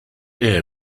air